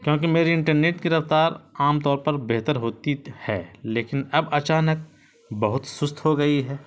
کیونکہ میری انٹرنیٹ کی رفتار عام طور پر بہتر ہوتی تو ہے لیکن اب اچانک بہت سست ہو گئی ہے